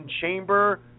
Chamber